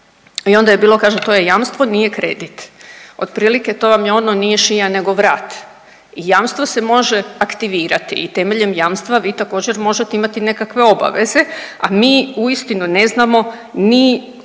i onda je bilo kaže to je jamstvo nije kredit, otprilike to vam je ono nije šija nego vrat. I jamstvo se može aktivirati i temeljem jamstva vi također možete imati nekakve obaveze, a mi uistinu ne znamo ni kolike